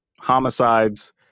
homicides